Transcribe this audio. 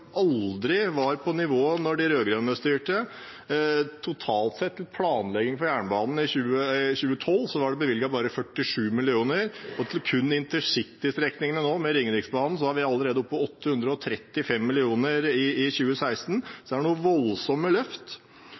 aldri var på det nivået da de rød-grønne styrte – totalt sett til planlegging for jernbanen i 2012 var det bevilget bare 47 mill. kr, og til kun intercitystrekningene nå, med Ringeriksbanen, er vi allerede oppe i 835 mill. kr i 2016, så det er noen voldsomme løft.